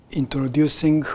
introducing